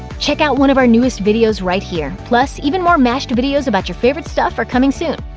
check out one of our newest videos right here! plus, even more mashed videos about your favorite stuff are coming soon.